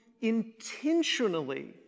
intentionally